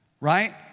right